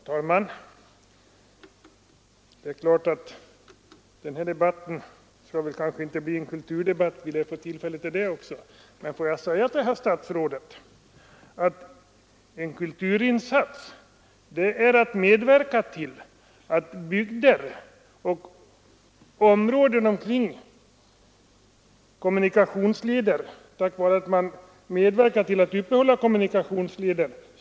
Herr talman! Det är klart att den här debatten inte skall bli en kulturdebatt. Vi lär få tillfälle till en sådan också. 19 Men får jag säga till herr statsrådet, att det är en kulturinsats att medverka till att bygder och områden beroende av goda kommunikationsleder skall kunna leva framöver genom att man uppehåller kommunikationsleder.